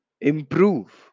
Improve